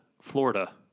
Florida